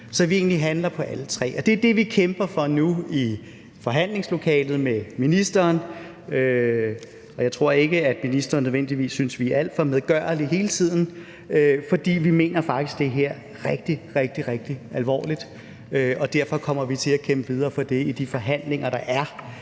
Så vi handler egentlig på alle tre områder. Det er det, vi kæmper for nu i forhandlingslokalet med ministeren, og jeg tror ikke, at ministeren nødvendigvis synes, at vi er alt for medgørlige hele tiden, for vi mener faktisk det her rigtig, rigtig alvorligt, og derfor kommer vi til at kæmpe videre for det i de forhandlinger, der er,